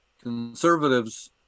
conservatives